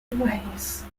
ways